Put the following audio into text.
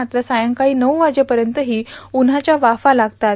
मात्र सायंकाळी नऊ वाजेपर्यंतही उन्हाच्या वाफा लागतात